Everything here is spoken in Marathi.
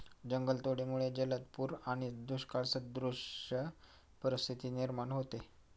जंगलतोडीमुळे जलद पूर आणि दुष्काळसदृश परिस्थिती निर्माण होते